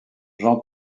jean